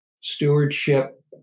stewardship